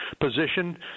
position